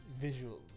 visual